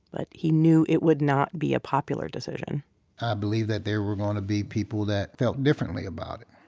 but he knew it would not be a popular decision i believed that there were going to be people that felt differently about it